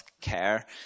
care